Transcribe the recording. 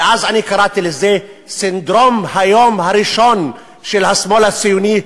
ואז אני קראתי לזה סינדרום היום הראשון של השמאל הציוני,